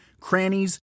crannies